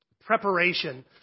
preparation